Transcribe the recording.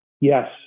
Yes